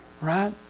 Right